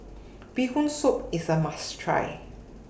Bee Hoon Soup IS A must Try